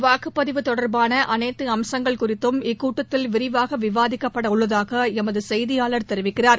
வாக்குப்பதிவு தொடர்பான அனைத்து அம்சங்கள் குறித்தும் இக்கூட்டத்தில் விரிவாக விவாதிக்கப்பட உள்ளதாக எமது செய்தியாளர் தெரிவிக்கிறார்